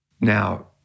Now